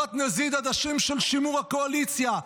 תמורת נזיד עדשים של שימור הקואליציה,